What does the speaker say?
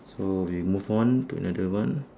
so we move on to another one